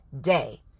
day